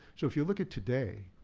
so, if you look at today,